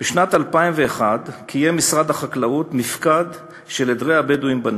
בשנת 2001 קיים משרד החקלאות מפקד של עדרי הבדואים בנגב.